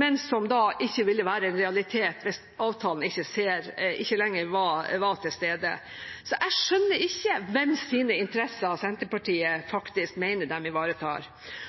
men som ikke ville være en realitet hvis avtalen ikke lenger var til stede. Jeg skjønner ikke hvem sine interesser Senterpartiet faktisk mener de ivaretar.